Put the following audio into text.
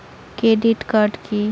Credit card key?